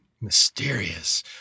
Mysterious